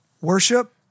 Worship